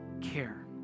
care